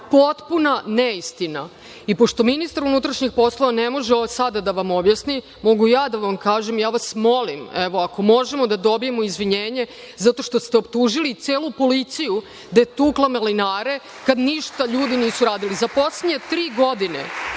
potpuna neistina. Pošto ministar unutrašnjih poslova ne može ovo sada da vam objasni, mogu ja da vam kažem i ja vas molim, evo, ako možemo da dobijemo izvinjenje zato što ste optužili celu policiju da je tukla malinare, kad ljudi ništa nisu uradili. Za poslednje tri godine,